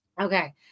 okay